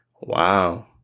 wow